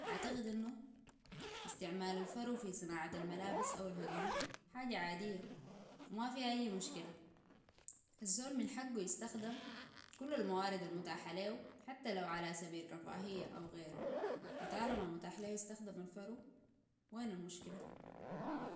أعتقد أنه استعمال الفرو في صناعة الملابس أو الهدوم حاجة عادية وما فيها أي مشكلة الزول من حقه يستخدم كل الموارد المتاحة ليهو حتى لو على سبيل الرفاهية أو غيرو وطالما متاح له يستخدم الفرو وين المشكلة؟